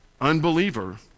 unbeliever